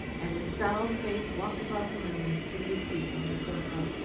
and with solemn face walked across the room and took his seat on the sofa.